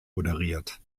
moderiert